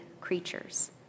creatures